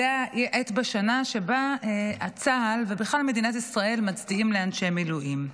זו העת בשנה שבה צה"ל ומדינת ישראל בכלל מצדיעים לאנשי מילואים.